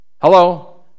Hello